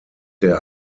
der